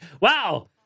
wow